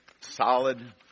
solid